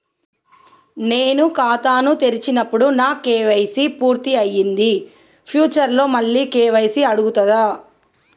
నేను ఖాతాను తెరిచినప్పుడు నా కే.వై.సీ పూర్తి అయ్యింది ఫ్యూచర్ లో మళ్ళీ కే.వై.సీ అడుగుతదా?